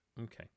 Okay